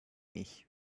ich